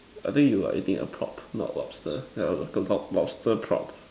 I think you're eating a prop not a lobster like a lobster prop